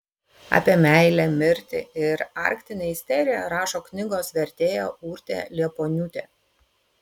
apie meilę mirtį ir arktinę isteriją rašo knygos vertėja urtė liepuoniūtė